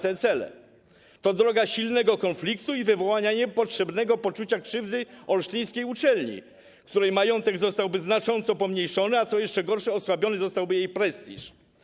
To droga silnego konfliktu i wywoływania niepotrzebnego poczucia krzywdy olsztyńskiej uczelni, której majątek zostałby znacząco pomniejszony, a co jeszcze gorsze osłabiony zostałby jej prestiż.